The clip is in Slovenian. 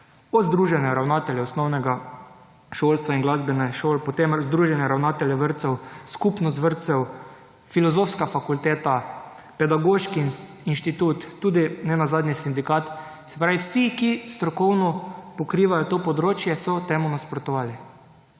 Združenja ravnateljev osnovnega šolstva in glasbenih šol, potem Združenja ravnateljev vrtcev, skupnost vrtcev, filozofska fakulteta, pedagoški inštitut, tudi nenazadnje sindikat, se pravi vsi, ki strokovno pokrivajo to področje, so temu nasprotovali.